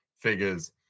figures